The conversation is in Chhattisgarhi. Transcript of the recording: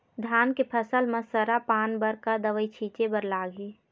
धान के फसल म सरा पान बर का दवई छीचे बर लागिही?